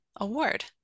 Award